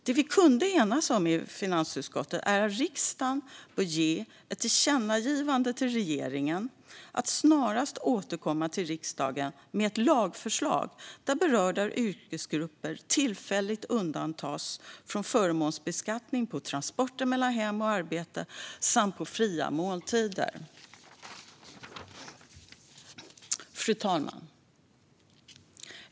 Det vi kunde enas om i finansutskottet är att riksdagen i ett tillkännagivande till regeringen bör uppmana den att snarast återkomma till riksdagen med ett lagförslag om att berörda yrkesgrupper tillfälligt undantas från förmånsbeskattning på transporter mellan hem och arbete samt på fria måltider. Fru talman!